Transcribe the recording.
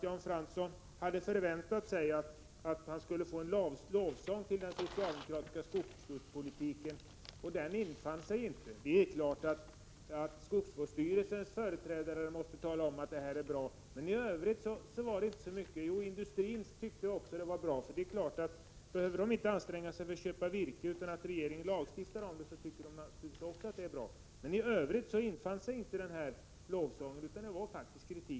Jan Fransson hade väl förväntat sig en lovsång till den socialdemokratiska skogsvårdspolitiken, men den uteblev. Det är klart att skogsvårdsstyrelsens företrädare måste tala om att denna politik är bra, men i Övrigt sades inte mycket i den vägen. Jo, industrins företrädare tyckte också att den var bra. Om de inte behöver anstränga sig för att köpa virke, utan regeringen lagstiftar om detta, är de naturligtvis nöjda. Men i övrigt hördes ingen lovsång, det var faktiskt kritik.